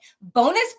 bonus